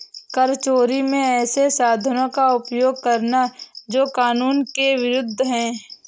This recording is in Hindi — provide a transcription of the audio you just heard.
कर चोरी में ऐसे साधनों का उपयोग करना जो कानून के विरूद्ध है